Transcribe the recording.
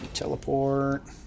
Teleport